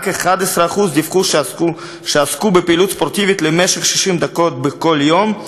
רק 11% דיווחו שעסקו בפעילות ספורטיבית למשך 60 דקות בכל יום,